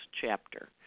chapter